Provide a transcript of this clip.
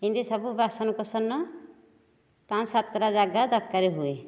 ଏମିତି ସବୁ ବାସନ କୁସନ ପାଞ୍ଚ ସାତଟା ଜାଗା ଦରକାର ହୁଏ